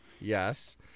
Yes